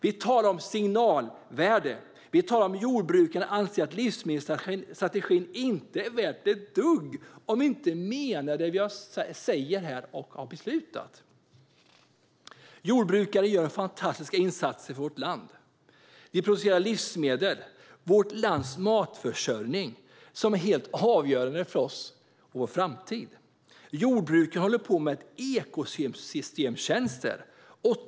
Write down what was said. Vi talade om signalvärde, att jordbrukare anser att livsmedelsstrategin inte är värd ett dugg om man inte menar det som sägs och är beslutat. Jordbrukare gör fantastiska insatser för vårt land. De producerar livsmedel, vårt lands matförsörjning som är helt avgörande för oss och vår framtid. Jordbrukare utför ekosystemtjänster.